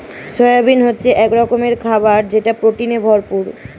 soybean হচ্ছে এক রকমের খাবার যেটা প্রোটিনে ভরপুর